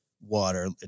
water